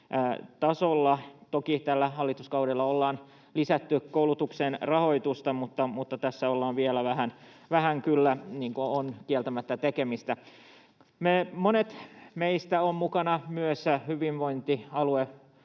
Toki tällä hallituskaudella ollaan lisätty koulutuksen rahoitusta, mutta kyllä tässä vielä vähän on kieltämättä tekemistä. Monet meistä ovat olleet mukana myös hyvinvointialuevaaleissa,